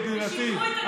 קטי ידידתי,